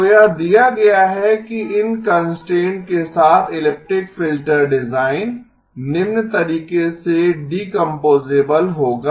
तो यह दिया गया है कि इन कंस्ट्रेंट्स के साथ इलिप्टिक फिल्टर डिजाइन निम्न तरीके से डीकोम्पोसेबल होगा